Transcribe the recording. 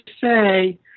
say